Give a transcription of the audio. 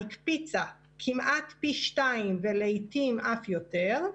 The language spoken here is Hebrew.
הקפיצה כמעט פי 2 ולעתים אף יותר,